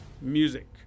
music